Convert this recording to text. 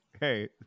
hey